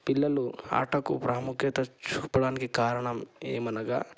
పిల్లలు ఆటకు ప్రాముఖ్యత చూపడానికి కారణం ఏమనగా